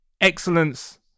excellence